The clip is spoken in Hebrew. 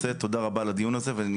תודה רבה על הדיון הזה אבל אני חייב לצאת.